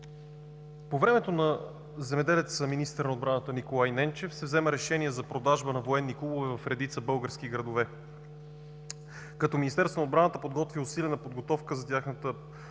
По времето на земеделеца – министър на отбраната Николай Ненчев се взема решение за продажба на военни клубове в редица български градове, като Министерството на отбраната провежда усилена подготовка за тяхната